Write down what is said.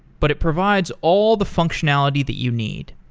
but it provides all the functionality that you need.